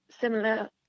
similar